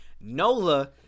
Nola